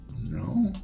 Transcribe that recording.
No